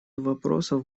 вопросов